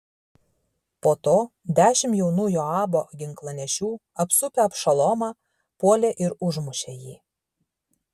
po to dešimt jaunų joabo ginklanešių apsupę abšalomą puolė ir užmušė jį